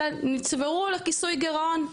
אלא נצברו לכיסוי גירעון,